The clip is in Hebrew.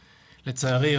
לצערי,